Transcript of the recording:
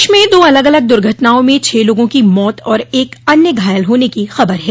प्रदेश में दो अलग अलग दुर्घटनाओं में छह लोगों की मौत और एक अन्य घायल होने की खबर है